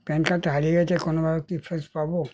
pan কার্ডটা হারিয়ে গিয়েছে কোনো ভাবে কি ফ্রেস পাব